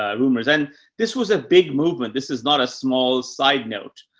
um rumors. and this was a big movement. this is not a small side note.